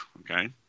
Okay